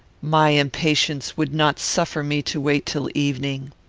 my impatience would not suffer me to wait till evening.